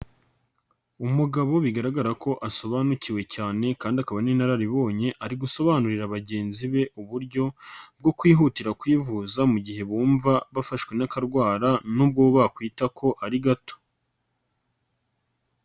Umugabo bigaragara ko asobanukiwe cyane kandi akaba n'inararibonye, ari gusobanurira bagenzi be uburyo bwo kwihutira kwivuza mu gihe bumva bafashwe n'akarwara, nubwo bakwita ko ari gato.